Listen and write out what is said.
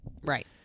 Right